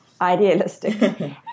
idealistic